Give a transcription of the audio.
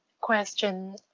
question